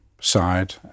side